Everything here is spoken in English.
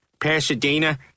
Pasadena